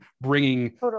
bringing